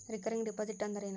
Recurring deposit ಅಂದರೇನು?